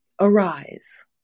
arise